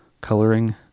coloring